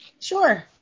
Sure